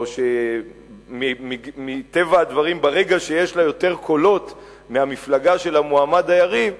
או שמטבע הדברים ברגע שיש לה יותר קולות מהמפלגה של המועמד היריב,